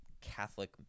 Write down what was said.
Catholic